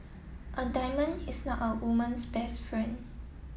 a diamond is not a woman's best friend